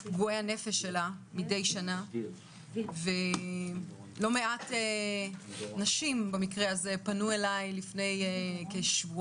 פגועי הנפש שלה מדי שנה ולא מעט נשים במקרה הזה פנו אלי לפני כשבועיים